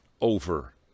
over